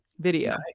video